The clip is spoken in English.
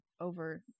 over